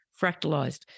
fractalized